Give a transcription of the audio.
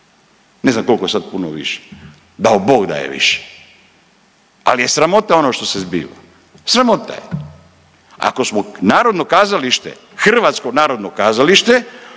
ne znam kolko je sad puno više, dao Bog da je više, al je sramota ono što se zbiva, sramota je. Ako smo narodno kazalište, Hrvatsko narodno kazalište